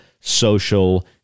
social